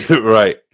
Right